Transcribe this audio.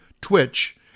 Twitch